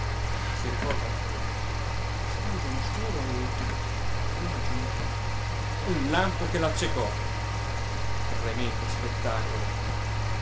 si recò al balcone schiuse uno scuro e a prima giunta un lampo che l'accecò tremendo spettacolo